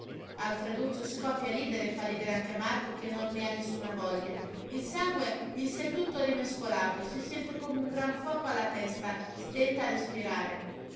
signori alfreduccio scoppia a ridere e fa ridere anche marco che non ne ha nessuna voglia il sangue gli s'è tutto rimescolato si sente come un gran fuoco alla testa stenta a respirare